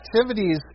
activities